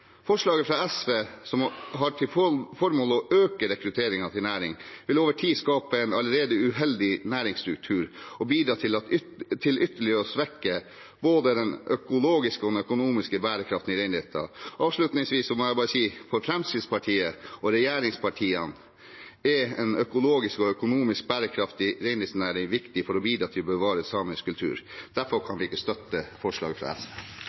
Forslaget fra SV, som har til formål å øke rekrutteringen til næringen, vil over tid skape en uheldig næringsstruktur og bidra til ytterligere å svekke både den økologiske og den økonomiske bærekraften i reindriften. Avslutningsvis må jeg bare si at for Fremskrittspartiet – og regjeringspartiene – er en økologisk og økonomisk bærekraftig reindriftsnæring viktig for å bidra til å bevare samisk kultur. Derfor kan vi ikke støtte forslaget fra SV.